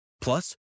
Plus